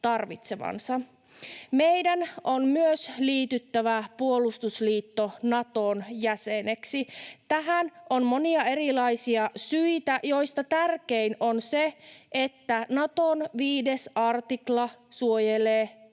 Meidän on myös liityttävä puolustusliitto Naton jäseneksi. Tähän on monia erilaisia syitä, joista tärkein on se, että Naton 5 artikla suojelee jäsenmaitaan.